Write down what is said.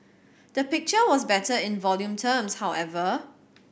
the picture was better in volume terms however